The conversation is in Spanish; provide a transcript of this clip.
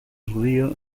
judío